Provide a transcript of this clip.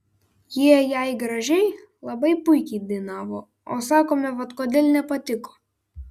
jie jei gražiai labai puikiai dainavo o sakome vat kodėl nepatiko